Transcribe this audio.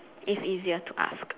it's easier to ask